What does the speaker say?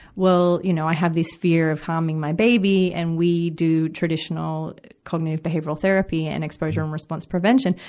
well, you know, i have this fear of harming my baby. and we do traditional cognitive behavioral therapy and exposure and response prevention.